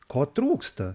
ko trūksta